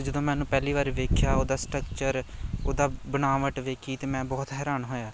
ਅਤੇ ਜਦੋਂ ਮੈਂ ਉਹਨੂੰ ਪਹਿਲੀ ਵਾਰੀ ਵੇਖਿਆ ਉਹਦਾ ਸਟਕਚਰ ਉਹਦਾ ਬਣਾਵਟ ਵੇਖੀ ਅਤੇ ਮੈਂ ਬਹੁਤ ਹੈਰਾਨ ਹੋਇਆ